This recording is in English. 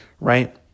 right